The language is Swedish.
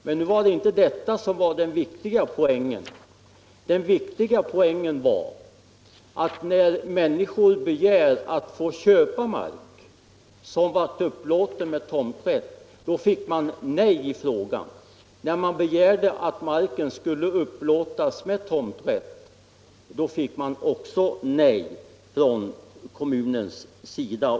Men den viktiga poängen var att när människor begärde att få köpa mark som varit upplåten med tomträtt, fick de ja, När man begärde att marken skulle upplåtas med tomträtt, fick man nej från kommunens sida.